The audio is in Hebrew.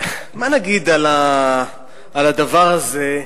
מה נגיד על הדבר הזה?